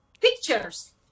pictures